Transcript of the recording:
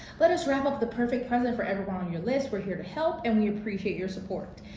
let us wrap up the perfect present for everyone on your list. we're here to help and we appreciate your support.